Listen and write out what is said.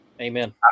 amen